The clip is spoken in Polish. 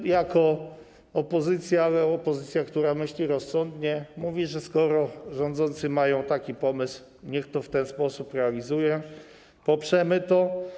My jako opozycja, ale opozycja, która myśli rozsądnie, mówimy, że skoro rządzący mają taki pomysł, to niech to w ten sposób realizuje, poprzemy to.